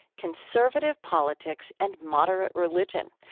conservative politics and moderate religion,